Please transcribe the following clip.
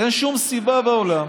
אין שום סיבה בעולם